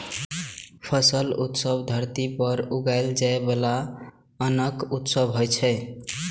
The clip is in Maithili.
फसल उत्सव धरती पर उगाएल जाइ बला अन्नक उत्सव होइ छै